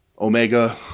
Omega